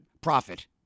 profit